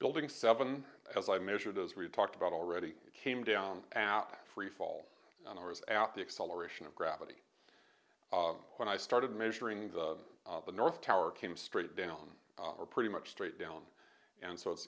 building seven as i measured as we talked about already came down at free fall on ours at the acceleration of gravity when i started measuring the north tower came straight down or pretty much straight down and so it's